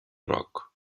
groc